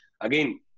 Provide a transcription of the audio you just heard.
again